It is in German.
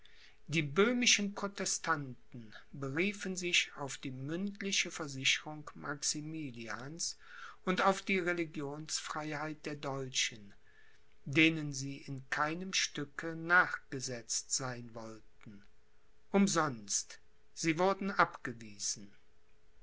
die böhmischen protestanten beriefen sich auf die mündliche versicherung maximilians und auf die religionsfreiheit der deutschen denen sie in keinem stücke nachgesetzt sein wollten umsonst sie wurden abgewiesen